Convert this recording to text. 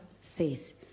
says